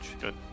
Good